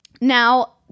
Now